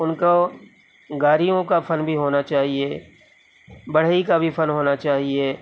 ان کا وہ گاڑیوں کا فن بھی ہونا چاہیے بڑھئی کا بھی فن ہونا چاہیے